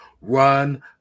run